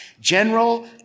general